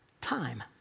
Time